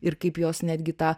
ir kaip jos netgi tą